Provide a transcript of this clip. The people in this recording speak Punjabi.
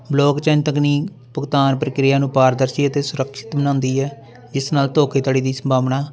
ਵਲੋਗ ਚੈਨ ਤਕਨੀਕ ਭੁਗਤਾਨ ਪ੍ਰਕਿਰਿਆ ਨੂੰ ਪਾਰਦਰਸ਼ੀ ਅਤੇ ਸੁਰਕਸ਼ਿਤ ਬਣਾਉਂਦੀ ਹੈ ਜਿਸ ਨਾਲ ਧੋਖੇਧੜੀ ਦੀ ਸੰਭਾਵਨਾ